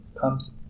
comes